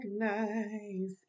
recognize